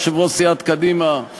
יושב-ראש סיעת קדימה,